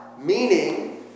meaning